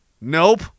Nope